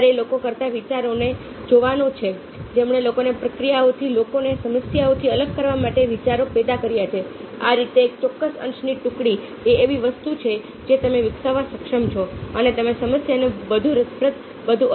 વિચાર એ લોકો કરતાં વિચારોને જોવાનો છે કે જેમણે લોકોને પ્રક્રિયાઓથી લોકોને સમસ્યાઓથી અલગ કરવા માટે વિચારો પેદા કર્યા છે આ રીતે એક ચોક્કસ અંશની ટુકડી એ એવી વસ્તુ છે જે તમે વિકસાવવા સક્ષમ છો અને તમે સમસ્યાને વધુ રસપ્રદ વધુ અર્થપૂર્ણ રીતે હલ કરી શકશો